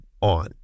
on